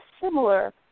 similar